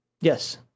Yes